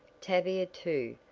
tavia, too,